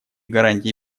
гарантий